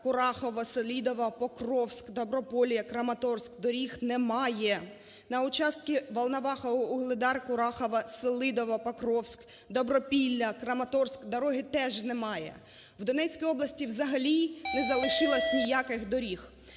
Курахове, Селидове, Покровськ, Добропілля, Краматорськ - доріг немає. На участке Волноваха – Вугледар - Курахове, Селидове – Покровськ – Добропілля - Краматорськ, дороги теж немає. В Донецькій області взагалі не залишилось ніяких доріг.